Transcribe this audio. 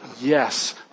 yes